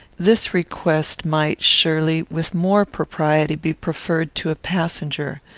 this request might, surely, with more propriety be preferred to a passenger.